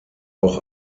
auch